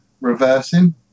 reversing